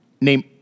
Name